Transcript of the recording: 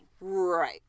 Right